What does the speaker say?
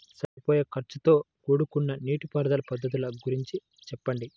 సరిపోయే ఖర్చుతో కూడుకున్న నీటిపారుదల పద్ధతుల గురించి చెప్పండి?